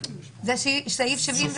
זה מה שנקרא סעיף 74. חיסיון.